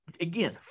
again